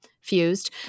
fused